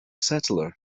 settler